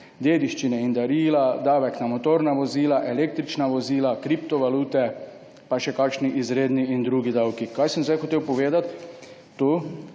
dediščine in darila, davek na motorna vozila, električna vozila, kriptovalute pa še kakšni izredni in drugi davki. Kaj sem zdaj hotel povedati? To,